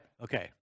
Okay